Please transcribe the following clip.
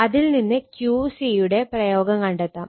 അതിൽ നിന്ന് Qc യുടെ പ്രയോഗം കണ്ടെത്താം